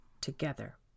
together